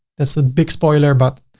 that's a big spoiler, but